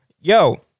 yo